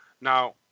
now